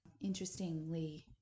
interestingly